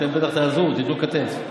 אתם בטח תעזרו, תיתנו כתף.